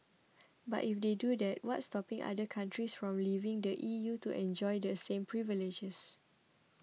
but if they do that what's stopping other countries from leaving the E U to enjoy the same privileges